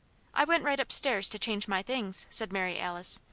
i went right up-stairs to change my things, said mary alice,